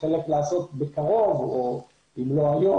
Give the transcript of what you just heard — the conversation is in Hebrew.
חלק לעשות בקרוב ואם לא היו,